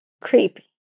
creepy